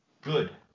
Good